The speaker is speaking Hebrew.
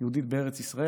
יהודית בארץ ישראל,